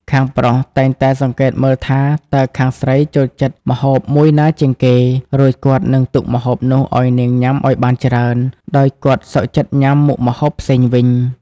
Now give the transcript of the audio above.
ខាងប្រុសតែងតែសង្កេតមើលថា តើខាងស្រីចូលចិត្តម្ហូបមួយណាជាងគេ រួចគាត់នឹងទុកម្ហូបនោះឱ្យនាងញ៉ាំឱ្យបានច្រើន ដោយគាត់សុខចិត្តញ៉ាំមុខម្ហូបផ្សេងវិញ។